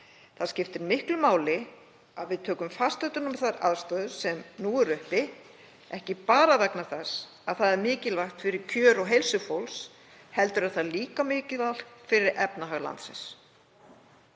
máli skiptir að við tökum fast utan um þær aðstæður sem nú eru uppi, ekki bara vegna þess að það er mikilvægt fyrir kjör og heilsu fólks heldur er það líka mikilvægt fyrir efnahag landsins.